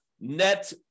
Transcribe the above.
net